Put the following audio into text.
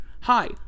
Hi